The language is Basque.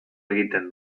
egiten